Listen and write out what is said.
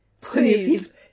Please